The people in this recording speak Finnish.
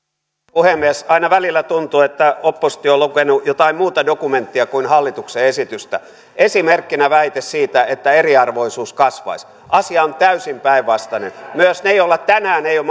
puhemies aina välillä tuntuu että oppositio on lukenut jotain muuta dokumenttia kuin hallituksen esitystä esimerkkinä väite siitä että eriarvoisuus kasvaisi asia on täysin päinvastainen myös ne joilla tänään ei ole